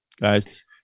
guys